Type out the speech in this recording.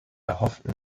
erhofften